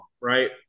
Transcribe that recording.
right